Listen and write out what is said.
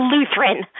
Lutheran